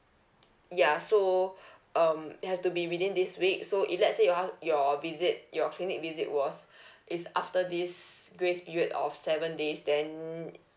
ya so um it have to be within this week so if let's say you are your visit your clinic visit was it's after this grace period of seven days then